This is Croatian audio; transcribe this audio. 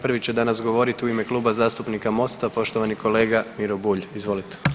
Prvi će danas govoriti u ime Kluba zastupnika Mosta, poštovani kolega Miro Bulj, izvolite.